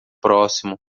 próximo